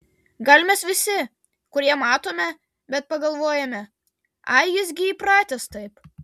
gal mes visi kurie matome bet pagalvojame ai jis gi įpratęs taip